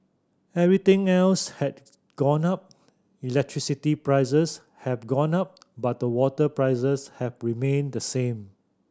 everything else has gone up electricity prices have gone up but the water prices have remained the same